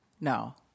No